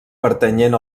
pertanyent